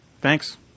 Thanks